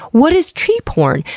what is tree porn?